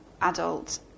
adult